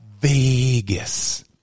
Vegas